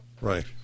right